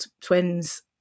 twins